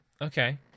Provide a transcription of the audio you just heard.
Okay